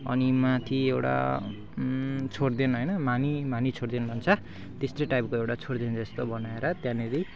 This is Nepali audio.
अनि माथि एउटा छोड्देन होइन माने माने छोड्देन भन्छ त्यस्तो टाइपको एउटा छोड्देन जस्तो बनाएर त्यहाँनिर